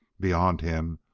beyond him,